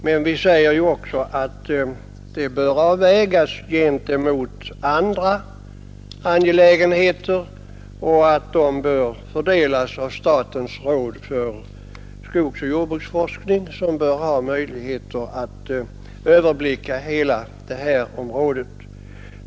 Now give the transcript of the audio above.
Men vi säger också att anslaget bör avvägas gentemot andra angelägenheter och fördelas av statens råd för skogsoch jordbruksforskning som bör ha möjligheter att överblicka hela detta område.